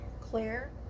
Claire